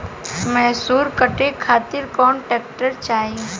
मैसूर काटे खातिर कौन ट्रैक्टर चाहीं?